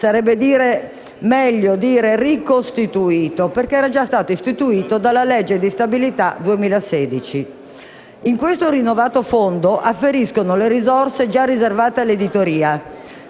Sarebbe meglio dire viene ricostituito, perché era già stato istituito dalla legge di stabilità 2016. In questo rinnovato Fondo afferiscono le risorse già riservate all'editoria,